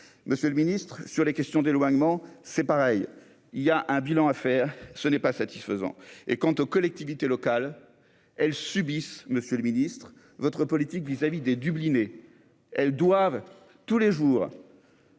Monsieur le Ministre, sur les questions d'éloignement, c'est pareil, il y a un bilan à faire, ce n'est pas satisfaisant et quant aux collectivités locales, elles subissent, Monsieur le Ministre votre politique vis-à-vis des dublinés, elles doivent tous les jours.